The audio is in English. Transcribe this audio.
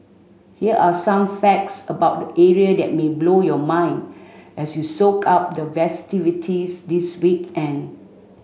here are some facts about the area that may blow your mind as you soak up the festivities this weekend